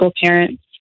parents